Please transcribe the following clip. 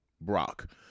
Brock